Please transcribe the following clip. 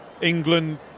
England